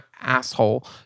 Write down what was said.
asshole